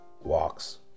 walks